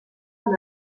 amb